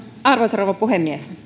arvoisa rouva puhemies